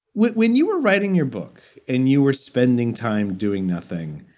when when you were writing your book and you were spending time doing nothing.